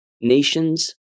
nations